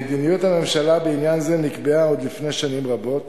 מדיניות הממשלה בעניין זה נקבעה עוד לפני שנים רבות.